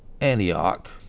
Antioch